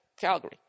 Calgary